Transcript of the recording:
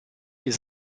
use